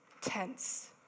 tense